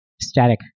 static